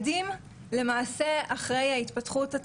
אז היום הן הולכות עם ילדים ונוער לאורך כל היום.